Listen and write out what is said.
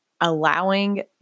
allowing